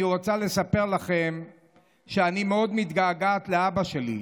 אני רוצה לספר לכם שאני מאוד מתגעגעת לאבא שלי.